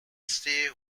stay